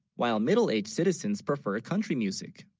while middle-aged citizens prefer a country music